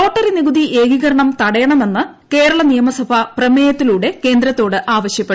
lottery നികുതി ഏകീകരണം തടയണമെന്ന് കേരള നിയമസഭ പ്രമേയത്തിലൂടെ കേന്ദ്രത്തോട് ആവശ്യപ്പെട്ടു